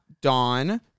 Dawn